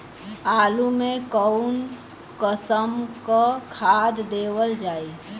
आलू मे कऊन कसमक खाद देवल जाई?